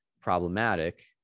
problematic